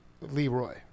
leroy